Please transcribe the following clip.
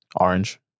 Orange